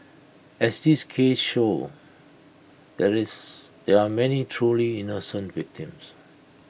as this case shows there is there are many truly innocent victims